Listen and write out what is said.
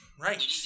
Right